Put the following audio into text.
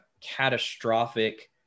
catastrophic